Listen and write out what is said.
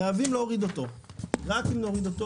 חייבים להוריד אותו ואז אם נוריד אותו